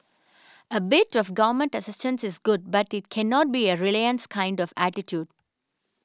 a bit of Government assistance is good but it cannot be a reliance kind of attitude